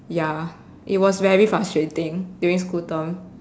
ya it was very frustrating during school term